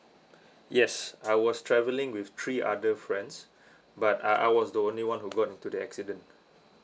yes I was travelling with three other friends but I I was the only one who got into the accident